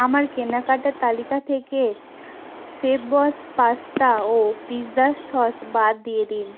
আমার কেনাকাটার তালিকা থেকে শেফবস পাস্তা ও পিৎজা সস বাদ দিয়ে দিন